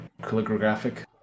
calligraphic